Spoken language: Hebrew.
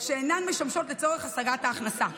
שאינן משמשות לצורך השגת ההכנסה,